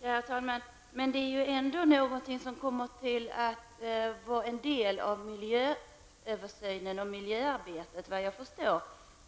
Herr talman! Men det är ändå något som kommer att vara en del av miljööversynen och arbetet.